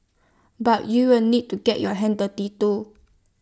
but you will need to get your hands dirty too